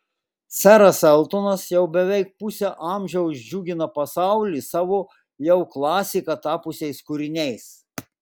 seras eltonas jau beveik pusę amžiaus džiugina pasaulį savo jau klasika tapusiais kūriniais